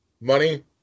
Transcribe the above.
Money